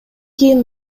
кийин